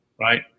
Right